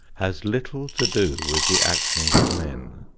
has little to do with the actions of men.